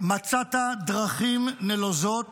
מצאת דרכים נלוזות